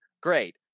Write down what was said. great